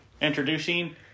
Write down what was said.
Introducing